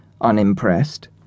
unimpressed